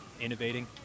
innovating